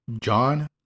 John